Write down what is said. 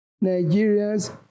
Nigeria's